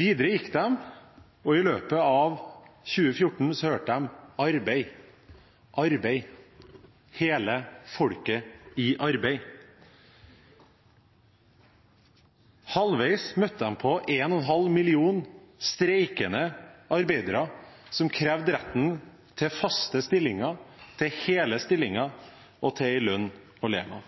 Videre gikk de, og i løpet av 2014 hørte de: Arbeid, arbeid, hele folket i arbeid. Halvveis møtte de på 1,5 millioner streikende arbeidere som krevde retten til faste stillinger, til hele stillinger og til en lønn å leve av.